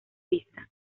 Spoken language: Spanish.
vista